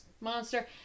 monster